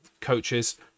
coaches